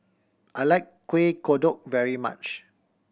I like Kueh Kodok very much